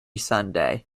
sunday